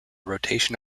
rotation